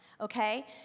okay